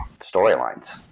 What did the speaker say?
storylines